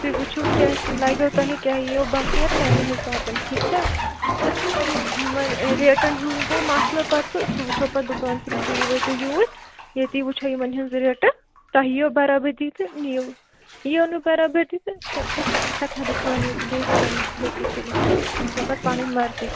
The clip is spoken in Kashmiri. تُہۍ وُچھِو کیٛاہ لَگیو تۄہہِ کیٛاہ یِیو بَکار تَمی حِسابَن ٹھیٖک چھا تہٕ وَنۍ ریٹَن ہُنٛد گوٚو مَسلہٕ پَتہٕ سُہ وُچھو پَتہٕ دُکانسٕے تُہۍ وٲتِو یوٗر ییٚتی وٕچھو یِمَن ہِنٛز ریٹہٕ تۄہہِ یِیو برابٔدی تہٕ نِیو یِیو نہٕ برابٔدی تہٕ تیٚلہِ چھِ سٮ۪ٹھاہ دُکان ییٚتہِ بیٚیہِ تِمَن نِش تہِ ہیٚکِو تُلِتھ تۄہہِ چھَو پَتہٕ پَنٕنۍ مرضی